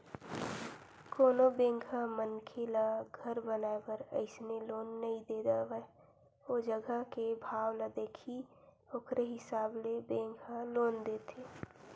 कोनो बेंक ह मनखे ल घर बनाए बर अइसने लोन नइ दे देवय ओ जघा के भाव ल देखही ओखरे हिसाब ले बेंक ह लोन देथे